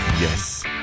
yes